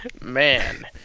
man